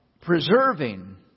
preserving